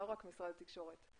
לא רק משרד התקשורת,